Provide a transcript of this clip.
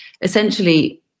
essentially